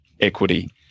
Equity